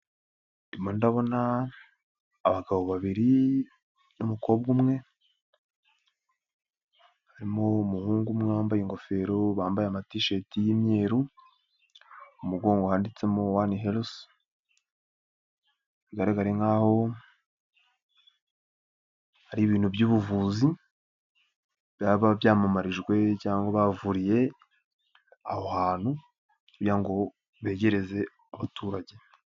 Ndimo ndabona abagabo babiri n'umukobwa umwe harimo umuhungu umwe wambaye ingofero, bambaye ama t-shirt y'imyeru mu umugongo handitsemo "one health" bigaragare nkaho ari ibintu by'ubuvuzi byaba byamamarijwe cyangwa bavuriye aho hantu kugira ngo begereze abaturage.